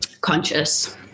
conscious